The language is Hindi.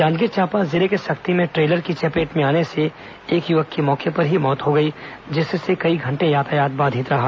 जांजगीर चांपा जिले के सक्ती में ट्रेलर की चपेट में आने से एक य्वक की मौके पर ही मौत हो गई जिससे कई घंटे यातायात बाधित रहा